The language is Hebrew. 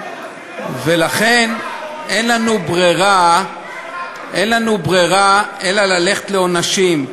ולכן אין לנו ברירה אלא ללכת לעונשים.